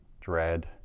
dread